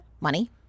money